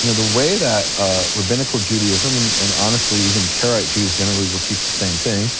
you know the way that rabbinical judaism and and honestly even karaite jews generally will teach the same thing,